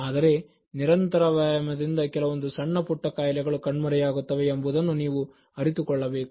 ಆದರೆ ನಿರಂತರ ವ್ಯಾಯಾಮದಿಂದ ಕೆಲವೊಂದು ಸಣ್ಣಪುಟ್ಟ ಕಾಯಿಲೆಗಳು ಕಣ್ಮರೆಯಾಗುತ್ತವೆ ಎಂಬುದನ್ನು ನೀವು ಅರಿತುಕೊಳ್ಳಬೇಕು